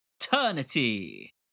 Eternity